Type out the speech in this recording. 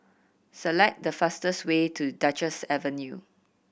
select the fastest way to Duchess Avenue